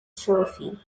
trophy